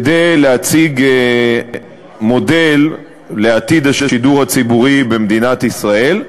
כדי להציג מודל לעתיד השידור הציבורי במדינת ישראל,